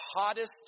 hottest